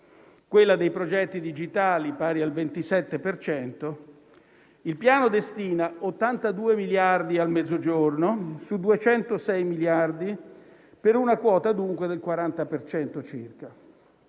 quella dei progetti digitali è pari al 27 per cento. Il Piano destina 82 miliardi al Mezzogiorno, su 206 miliardi, per una quota dunque del 40 per